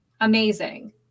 amazing